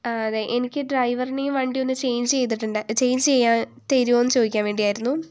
ആ അതെ എനിക്ക് ഡ്രൈവറിനെയും വണ്ടിയും ഒന്നു ചേയ്ഞ്ച് ചെയ്തിട്ടുണ്ട് ചേയ്ഞ്ച് ചെയ്യാൻ തരുമോയെന്ന് ചോദിക്കാൻ വേണ്ടി ആയിരുന്നു